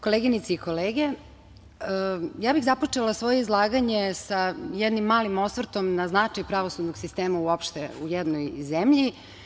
Koleginice i kolege, ja bih započela svoje izlaganje sa jednim malim osvrtom na značaj pravosudnog sistema uopšte u jednoj zemlji.